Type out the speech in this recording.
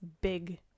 big